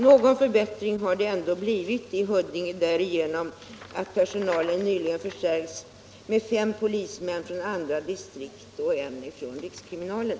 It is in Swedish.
Någon förbättring har det ändå blivit i Huddinge därigenom att personalen där nyligen förstärkts med fem polismän från andra distrikt och 41 en från rikskriminalen.